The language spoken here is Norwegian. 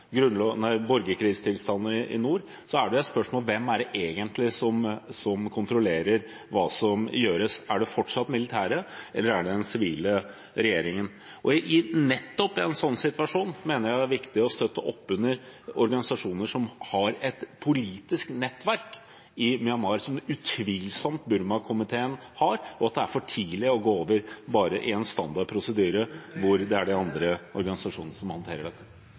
borgerkrigstilstander i nord, er det et spørsmål om hvem det egentlig er som kontrollerer hva som gjøres. Er det fortsatt de militære, eller er det den sivile regjeringen? Nettopp i en slik situasjon mener jeg det er viktig å støtte opp under organisasjoner som har et politisk nettverk i Myanmar, som utvilsomt Burmakomiteen har, og at det er for tidlig å gå over til bare en standard prosedyre, hvor det er de andre organisasjonene som håndterer dette.